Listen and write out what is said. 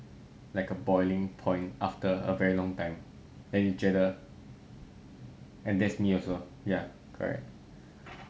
like a boiling point after a very long time then 你觉得 and that's me also ya correct